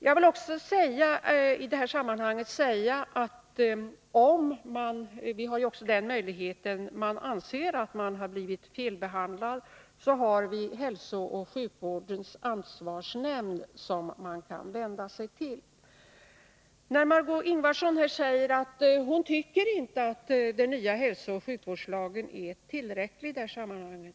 Jag vill i detta sammanhang också säga att den som anser sig ha blivit felbehandlad har möjlighet att vända sig till hälsooch sjukvårdens ansvarsnämnd.